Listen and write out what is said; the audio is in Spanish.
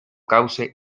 cauce